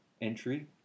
entry